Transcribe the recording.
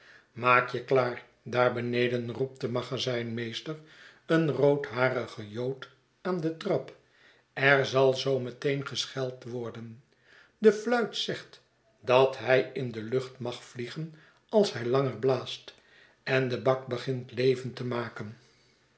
maak je klaar daar beneden roept de magazijnmeester een roodharige jood aan de trap er zal zoo meteen gescheld worden de fluit zegt dat hij in de lucht mag vliegen als hij langer blaast en de bak begint leven te maken